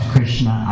Krishna